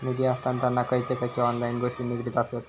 निधी हस्तांतरणाक खयचे खयचे ऑनलाइन गोष्टी निगडीत आसत?